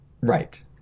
Right